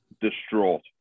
distraught